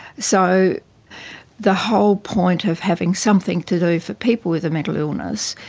so the whole point of having something to do for people with a mental illness,